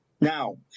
Now